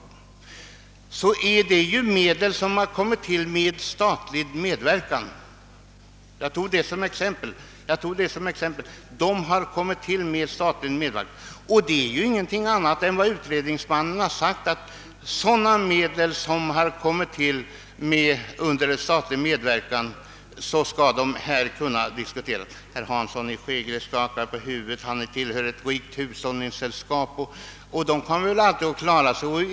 Det är ju medel som tillkommit genom statlig medverkan. Jag tog detta som exempel. Detta är ingenting annat än vad utredningsmannen sagt. Sådana medel som har tillkommit genom statlig medverkan skall här kunna diskuteras. Herr Hansson i Skegrie skakar på huvudet. Han tillhör ett rikt hushållningssällskap. Dessa kommer nog alltid att klara sig.